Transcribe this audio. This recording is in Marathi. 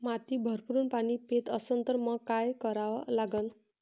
माती भरपूर पाणी पेत असन तर मंग काय करा लागन?